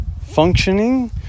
functioning